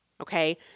okay